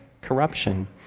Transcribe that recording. corruption